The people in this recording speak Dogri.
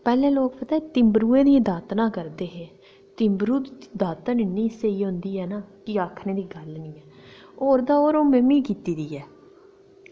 पैह्लें लोक पता तिंबरूएं दियां दातना करदे हे तिंबरूं दी दातन इन्नी स्हेई होंदी ऐ ना की आक्खनै दी गल्ल निं ऐ होर ता होर ओह् मिमी कीती दी ऐ